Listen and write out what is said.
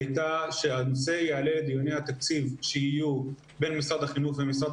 הייתה שהנושא יעלה לדיוני התקציב שיהיו בין משרד החינוך ומשרד